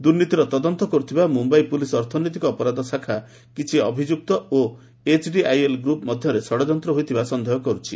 ଦୁର୍ନୀତିର ତଦନ୍ତ କରୁଥିବା ମୁମ୍ୟାଇ ପୁଲିସ୍ ଅର୍ଥନୈତିକ ଅପରାଧ ଶାଖା କିଛି ଅଭିଯୁକ୍ତ ଓ ଏଚ୍ଡିଆଇଏଲ୍ ଗ୍ରପ୍ ମଧ୍ୟରେ ଷଡ଼ଯନ୍ତ ହୋଇଥିବାର ସନ୍ଦେହ କରୁଛି